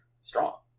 strong